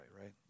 right